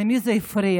למי זה הפריע,